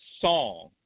song